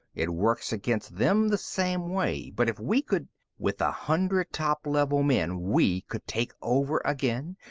it works against them the same way. but if we could with a hundred top-level men, we could take over again,